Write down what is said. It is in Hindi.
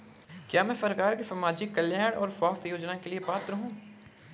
क्या मैं सरकार के सामाजिक कल्याण और स्वास्थ्य योजना के लिए पात्र हूं?